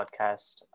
podcast